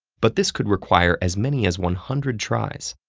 but this could require as many as one hundred tries.